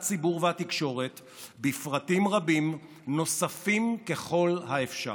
הציבור והתקשורת בפרטים נוספים רבים ככל האפשר.